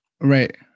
right